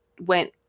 went